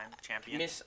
champion